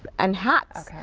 and hats.